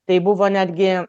tai buvo netgi